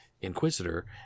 Inquisitor